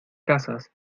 casas